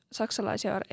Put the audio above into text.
saksalaisia